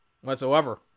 whatsoever